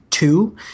Two